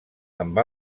amb